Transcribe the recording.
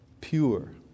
pure